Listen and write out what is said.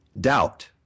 Doubt